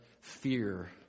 fear